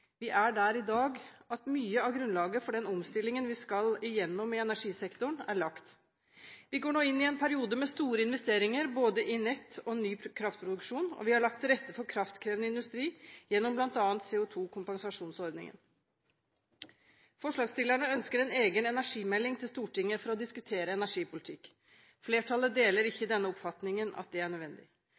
Vi er der i dag at mye av grunnlaget for den omstillingen vi skal igjennom i energisektoren, er lagt. Vi går nå inn i en periode med store investeringer både i nett og i ny kraftproduksjon, og vi har lagt til rette for kraftkrevende industri gjennom bl.a. CO2-kompensasjonsordningen. Forslagsstillerne ønsker en egen energimelding til Stortinget for å diskutere energipolitikk. Flertallet deler ikke den oppfatningen at det er nødvendig.